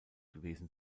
gewesen